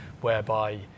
whereby